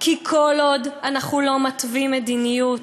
כי כל עוד אנחנו לא מתווים מדיניות,